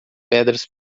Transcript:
pedras